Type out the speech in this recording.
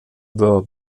were